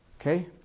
Okay